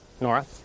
Nora